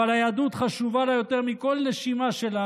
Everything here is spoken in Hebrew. אבל היהדות חשובה לה יותר מכל נשימה שלה,